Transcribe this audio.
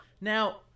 Now